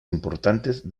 importantes